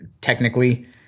technically